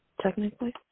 Technically